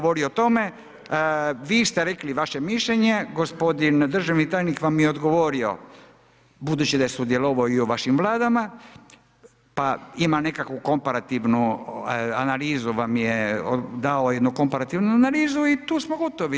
Vi ste rekli vaše mišljenje, gospodin državni tajnik vam je odgovorio, budući da je sudjelovao i u vašim vladama, pa ima nekakvu komparativnu analizu vam je dao, jednu komparativnu analizu i tu smo gotovo.